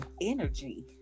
energy